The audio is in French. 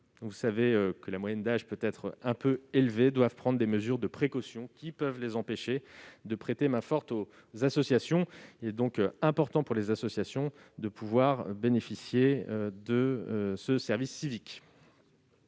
dont la moyenne d'âge est assez élevée, devant prendre des mesures de précaution qui peuvent les empêcher de prêter main-forte aux associations. Il est donc important pour ces dernières de pouvoir bénéficier de ce service civique.